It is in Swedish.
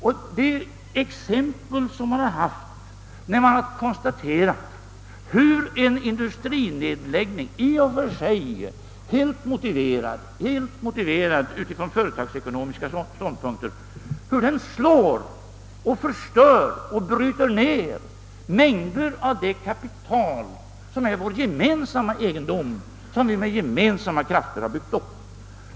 Många exempel kan anföras på hur en industrinedläggning — i och för sig helt motiverad från företagsekonomiska utgångspunkter — slår, hur den förstör och bryter ned mängder av det kapital som är vår gemensamma egendom, som vi med gemensamma krafter har byggt upp.